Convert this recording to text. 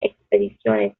expediciones